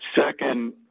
Second